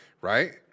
right